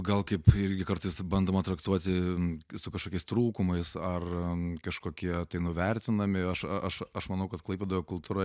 gal kaip irgi kartais bandoma traktuoti su kažkokiais trūkumais ar kažkokie tai nuvertinami aš aš aš manau kad klaipėdoje kultūra